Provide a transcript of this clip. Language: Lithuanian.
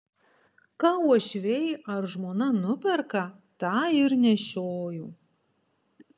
ką uošviai ar žmona nuperka tą ir nešioju